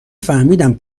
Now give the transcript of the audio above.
فهمیدم